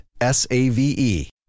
S-A-V-E